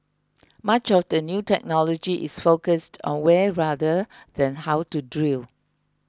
much of the new technology is focused on where rather than how to drill